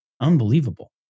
Unbelievable